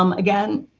um again,